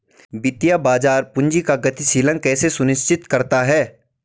वित्तीय बाजार पूंजी का गतिशीलन कैसे सुनिश्चित करता है?